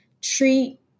treat